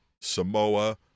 Samoa